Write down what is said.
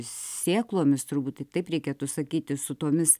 sėklomis turbūt tai taip reikėtų sakyti su tomis